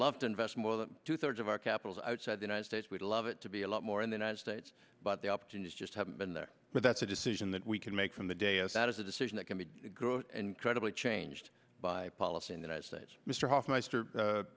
love to invest more than two thirds of our capital outside the united states we'd love it to be a lot more in the united states but the opportunities just haven't been there but that's a decision that we can make from the day as that is a decision that can be grown incredibly changed by policy and united states mr hofmeister